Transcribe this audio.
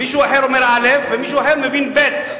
מישהו אחד אומר א' ומישהו אחר מבין ב'.